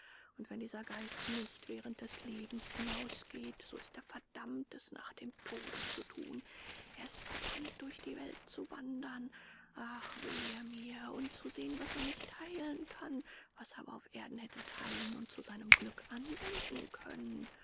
und wenn dieser geist nicht während des lebens hinausgeht so ist er verdammt es nach dem tode zu thun er ist verdammt durch die welt zu wandern ach wehe mir und zu sehen was er nicht teilen kann was er aber auf erden hätte teilen und zu seinem glück anwenden können